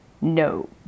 No